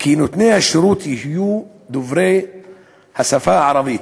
שנותני השירות יהיו דוברי השפה הערבית,